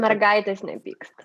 mergaitės nepyksta